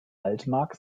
altmark